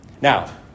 Now